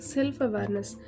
Self-awareness